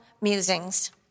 musings